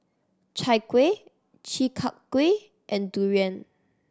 Chai Kueh Chi Kak Kuih and durian